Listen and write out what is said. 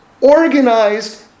organized